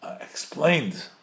explained